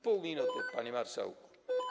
Pół minuty, panie marszałku.